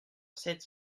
sept